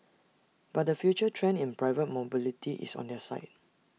but the future trend in private mobility is on their side